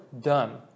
done